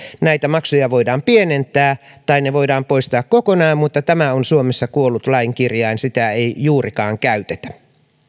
näitä maksuja voidaan pienentää tai ne voidaan poistaa kokonaan mutta tämä on suomessa kuollut lain kirjain sitä ei juurikaan käytetä